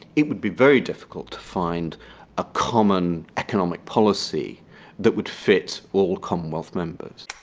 it would be very difficult to find a common economic policy that would fit all commonwealth members.